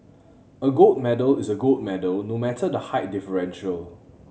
a gold medal is a gold medal no matter the height differential